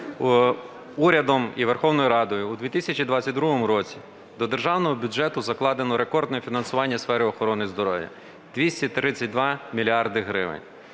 урядом і Верховною Радою у 2022 році до державного бюджету закладено рекордне фінансування сфери охорони здоров'я – 232 мільярди